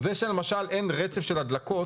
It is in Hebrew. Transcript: או זה שלמשל אין רצף של הדלקות